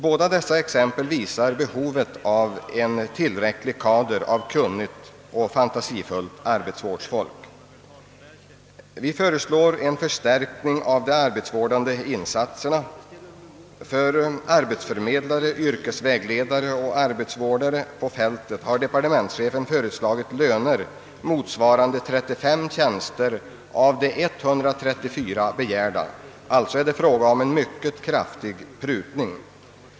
Båda dessa exempel visar behovet av en tillräcklig kader av kunnigt och fantasifullt arbetsvårdsfolk. Vi föreslår därför ytterligare förstärkning av de arbetsvårdande insatserna. För arbetsförmedlare, yrkesvägledare och arbetsvårdare på fältet har departementschefen föreslagit en ökning med 35 tjänster av de 134 som begärts av arbetsmarknadsstyrelsen. Det är alltså fråga om en mycket kraftig prutning.